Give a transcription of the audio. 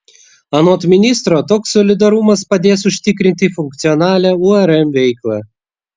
anot ministro toks solidarumas padės užtikrinti funkcionalią urm veiklą